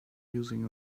using